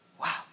Wow